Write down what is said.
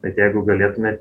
bet jeigu galėtume